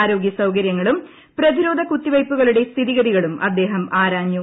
ആരോഗ്യ സൌകര്യങ്ങളും പ്രതിരോധ കുത്തിവയ്ക്കുകളുടെ സ്ഥിതിഗതികളും അദ്ദേഹം ആരാഞ്ഞു